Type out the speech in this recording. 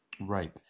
Right